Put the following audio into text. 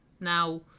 Now